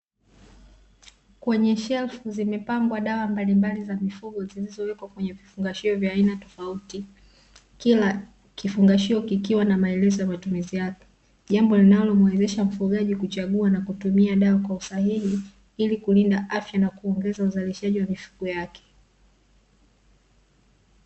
Kwenye shelfu zimepangwa dawa mbalimbali za mifugo zilizowekwa kwenye vifungashio vya aina kila kifungashio kikiwa na maelezo ya matumizi yake jambo linalomwezesha mfugaji kuchagua na kutumia dawa kwa usahihi ili kulinda afya na kuongeza uzalishaji wa mifugo yake.